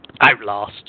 Outlast